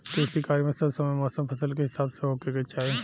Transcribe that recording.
कृषि कार्य मे सब समय मौसम फसल के हिसाब से होखे के चाही